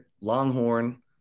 Longhorn